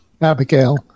Abigail